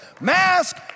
Mask